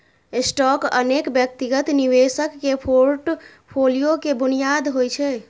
stock अनेक व्यक्तिगत निवेशक के फोर्टफोलियो के बुनियाद होइ छै